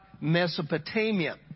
Mesopotamia